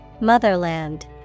Motherland